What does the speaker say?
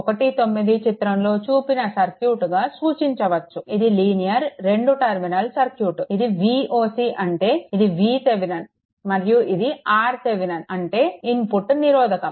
19 చిత్రంలో చూపిన సర్క్యూట్గా సూచించవచ్చు ఇది లీనియర్ 2 టర్మినల్ సర్క్యూట్ ఇది voc అంటే ఇది VThevenin మరియు ఇది RThevenin అంటే ఇన్పుట్ నిరోధకం